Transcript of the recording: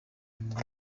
umuntu